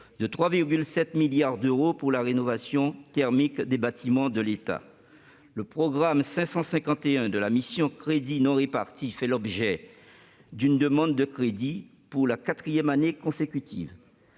de 3,7 milliards d'euros pour la rénovation thermique des bâtiments de l'État. Le programme 551 de la mission « Crédits non répartis » fait l'objet d'une demande de crédits, pour la quatrième année consécutive.